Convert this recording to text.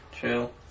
chill